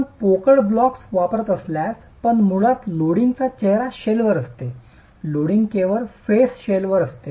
आपण पोकळ ब्लॉक्स वापरत असल्यास मग मुळात लोडिंग चेहरा शेलवर असते लोडिंग केवळ फेस शेलवर असते